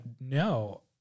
no